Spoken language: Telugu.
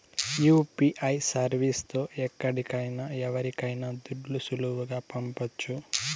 యూ.పీ.ఐ సర్వీస్ తో ఎక్కడికైనా ఎవరికైనా దుడ్లు సులువుగా పంపొచ్చు